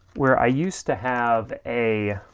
where i used to have a,